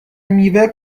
میوه